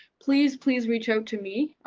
please please reach out to me.